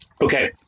Okay